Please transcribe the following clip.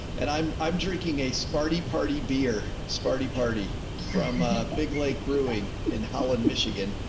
and i'm, i'm drinking a sparty party beer sparty party from a big lake brewing in holland, michigan.